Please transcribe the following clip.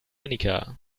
annika